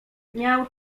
miał